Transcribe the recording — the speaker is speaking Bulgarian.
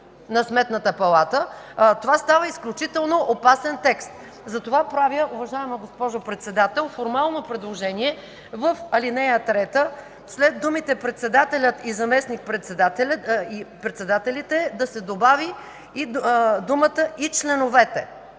на Сметната палата, това става изключително опасен текст. Затова правя, уважаема госпожо Председател, формално предложение: в ал. 3 след думите „председателят и заместник-председателите” да се добави „и членовете”.